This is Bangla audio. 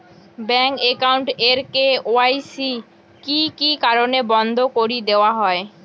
ব্যাংক একাউন্ট এর কে.ওয়াই.সি কি কি কারণে বন্ধ করি দেওয়া হয়?